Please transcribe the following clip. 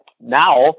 Now